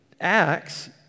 Acts